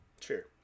Sure